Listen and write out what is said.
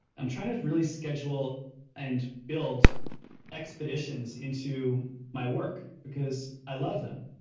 i'm trying to really schedule and build expeditions into my work because i love them.